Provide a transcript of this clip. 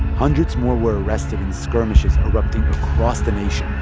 hundreds more were arrested in skirmishes erupting across the nation